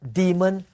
demon